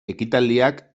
ekitaldiak